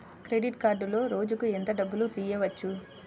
Credit కార్డులో రోజుకు ఎంత డబ్బులు తీయవచ్చు?